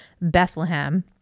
Bethlehem